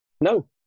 No